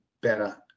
better